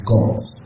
God's